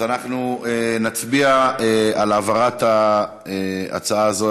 נצביע על העברת ההצעה הזאת,